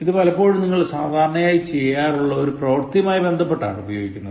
ഇത് പലപ്പോഴും നിങ്ങൾ സാധാരണയായി ചെയ്യാറുള്ള ഒരു പ്രവർത്തിയുമായി ബന്ധപ്പെട്ടാണ് ഉപയോഗിക്കുന്നത്